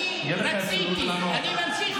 אני רציתי, אני ממשיך